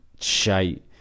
shite